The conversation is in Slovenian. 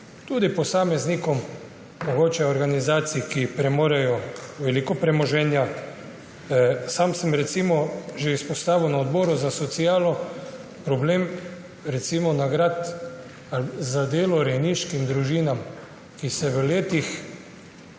posameznikom, mogoče organizacijam, ki premorejo veliko premoženja. Sam sem recimo že izpostavil na odboru za socialo problem nagrad za delo rejniškim družinam, ki se v 10,